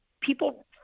people